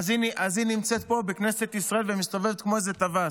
נמצאת פה בכנסת ישראל ומסתובבת כמו איזה טווס.